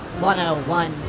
101